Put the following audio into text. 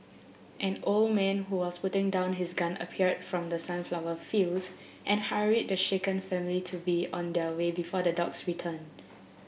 an old man who was putting down his gun appeared from the sunflower fields and hurried the shaken family to be on their way before the dogs return